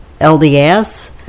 LDS